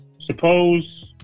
suppose